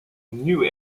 new